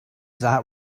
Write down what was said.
that